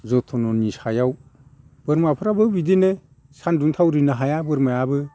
जथ्न'नि सायाव बोरमाफ्राबो बिदिनो सानदुं थावरिनो हाया बोरमायाबो